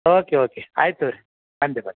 okay okay ಆಯ್ತು ತೊಗೋರಿ ಖಂಡಿತ